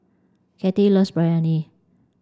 Cathie loves Biryani